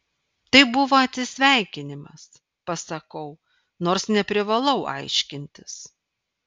tai buvo atsisveikinimas pasakau nors neprivalau aiškintis